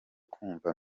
kujya